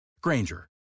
Granger